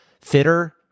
fitter